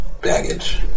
baggage